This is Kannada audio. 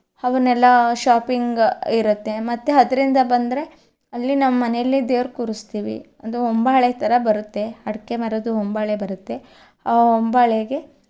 ಅವನ್ನೆಲ್ಲ ಶಾಪಿಂಗ್ ಇರುತ್ತೆ ಮತ್ತು ಅದರಿಂದ ಬಂದರೆ ಅಲ್ಲಿ ನಮ್ಮ ಮನೆಯಲ್ಲಿ ದೇವ್ರು ಕೂರಿಸ್ತೀವಿ ಅಂದರೆ ಹೊಂಬಾಳೆ ಥರ ಬರುತ್ತೆ ಅಡಿಕೆ ಮರದ್ದು ಹೊಂಬಾಳೆ ಬರುತ್ತೆ ಆ ಹೊಂಬಾಳೆಗೆ